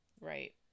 right